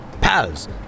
Pals